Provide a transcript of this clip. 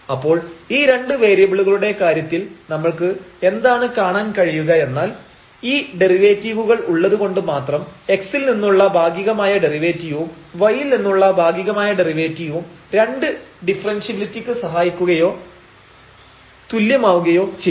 അപ്പോൾ ഈ രണ്ട് വേരിയബിളുകളുടെ കാര്യത്തിൽ നമ്മൾക്ക് എന്താണ് കാണാൻ കഴിയുക എന്നാൽ ഈ ഡെറിവേറ്റീവുകൾ ഉള്ളതുകൊണ്ട് മാത്രം x ൽ നിന്നുള്ള ഭാഗികമായ ഡെറിവേറ്റീവും y ൽ നിന്നുള്ള ഭാഗികമായ ഡെറിവേറ്റീവും 2 ഡിഫറെൻഷ്യബിലിറ്റിക്ക് സഹായിക്കുകയോ തുല്യമാവുകയോ ചെയ്യില്ല